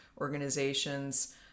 organizations